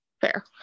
fair